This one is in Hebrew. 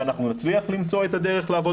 ואנחנו נצליח למצוא את הדרך לעבוד